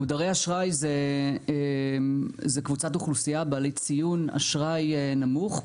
מודרי אשראי זה קבוצת אוכלוסייה בעלי ציון אשראי נמוך,